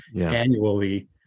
annually